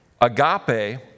agape